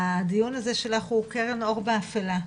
הדיון הזה שלך הוא קרן אור באפלה,